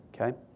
okay